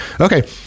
Okay